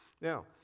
Now